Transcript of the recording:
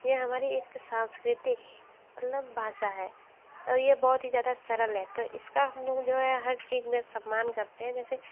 ये हमारी एक सांस्कृतिक मतलब भाषा है और ये बहुत ही ज़्यादा सरल है तो इसका हम लोग जो है हर चीज़ में सम्मान करते हैं जैसे